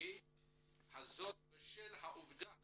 זאת בשל העובדה